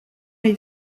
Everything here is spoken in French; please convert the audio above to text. les